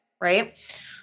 Right